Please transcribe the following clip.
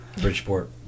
Bridgeport